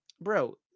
bro